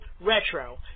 Retro